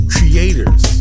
Creators